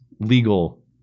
legal